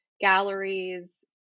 galleries